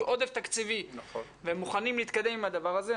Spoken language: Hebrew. עודף תקציבי והם מוכנים להתקדם עם הדבר הזה.